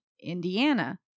Indiana